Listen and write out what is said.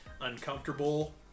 uncomfortable